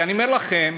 אני אומר לכם,